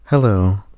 Hello